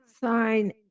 sign